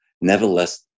nevertheless